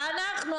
ואנחנו,